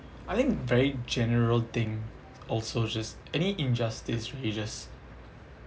I think very general thing also just any injustice really just